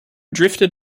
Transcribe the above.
drifted